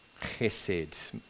chesed